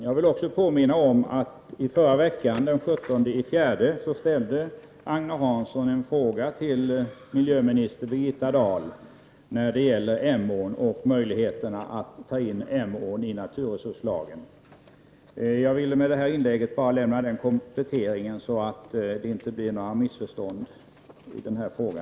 Jag vill också påminna om att Agne Hansson den 17 april debatterade en fråga till miljöminister Birgitta Dahl om Emån och möjligheterna att ta med Emån i naturresurslagen. Jag vill med detta inlägg bara göra denna komplettering så att det inte uppstår några missförstånd i denna fråga.